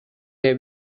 their